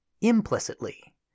implicitly